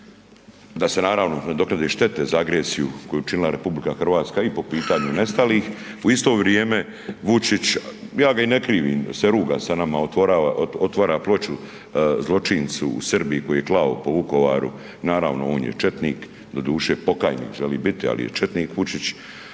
da se naravno nadoknade štete za agresiju koju je učinila RH i po pitanju nestalih, u isto vrijeme Vučić, ja ga i ne krivim se ruga sa nama, otvara ploču zločincu u Srbiji koji je klao po Vukovaru, naravno on je četnik, doduše pokajnik želi biti, ali je četnik Vučić,